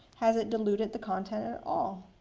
has it diluted the content at all?